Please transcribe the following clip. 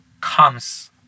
comes